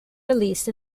released